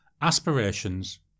Aspirations